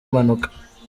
mpanuka